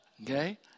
Okay